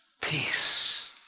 peace